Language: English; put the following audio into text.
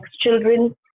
children